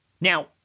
Now